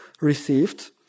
received